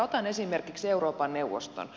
otan esimerkiksi euroopan neuvoston